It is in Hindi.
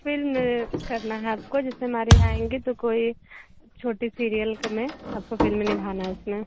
फिल्म करना है आपको जैसे हमारे यहाँ आएँगी तो कोई छोटी सीरियल का मैं आपको फिल्म निभाना हैं उसमें